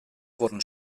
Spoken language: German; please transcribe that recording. wurden